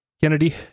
Kennedy